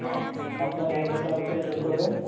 ആ അപ്പോൾ labour charge ചേട്ടൻ എടുക്കുമോ അതോ